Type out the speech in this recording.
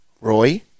Roy